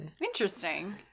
Interesting